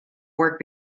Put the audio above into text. work